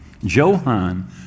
Johann